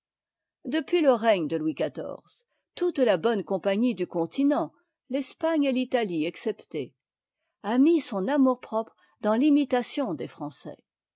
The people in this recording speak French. depuis le règne de louis xiv toute la bonne compagnie du continent l'espagne et l'italie exceptées a mis son amour-propre dans l'imitation des français